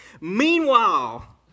Meanwhile